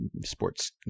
sports